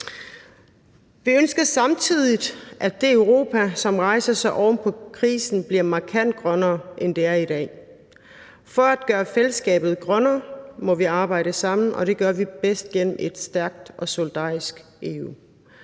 Vi ønsker samtidig, at det Europa, som rejser sig oven på krisen, bliver markant grønnere, end det er i dag. For at gøre fællesskabet grønnere, må vi arbejde sammen, og det gør vi bedst gennem et stærkt og solidarisk EU.